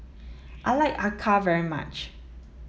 I like Acar very much